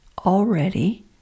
already